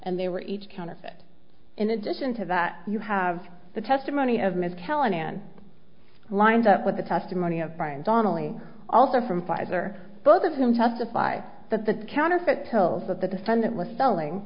and they were each counterfeit in addition to that you have the testimony of ms callahan lined up with the testimony of brian donnelly also from pfizer both of them testify that the counterfeit pills that the defendant was selling